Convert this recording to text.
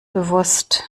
bewusst